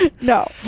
No